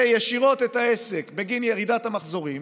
ישירות את העסק בגין ירידת המחזורים,